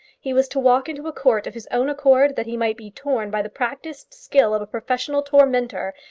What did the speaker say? he was to walk into a court of his own accord that he might be torn by the practised skill of a professional tormentor,